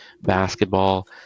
basketball